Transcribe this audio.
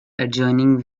adjoining